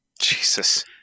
Jesus